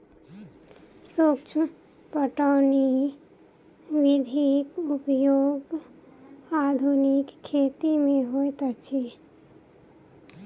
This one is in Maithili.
सूक्ष्म पटौनी विधिक उपयोग आधुनिक खेती मे होइत अछि